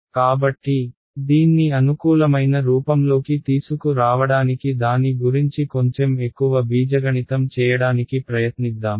కాబట్టి దీన్ని అనుకూలమైన రూపంలోకి తీసుకు రావడానికి దాని గురించి కొంచెం ఎక్కువ బీజగణితం చేయడానికి ప్రయత్నిద్దాం